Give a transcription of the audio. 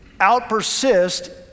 outpersist